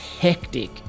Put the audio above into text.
hectic